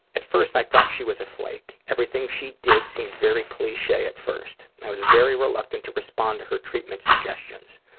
at first i thought she was a flake. everything she did seemed very cliche at first. i was very reluctant to respond to her treatment suggestions.